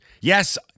Yes